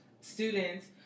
students